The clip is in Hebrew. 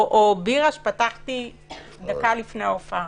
או בירה שפתחתי דקה לפני ההופעה?